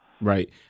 Right